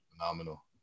Phenomenal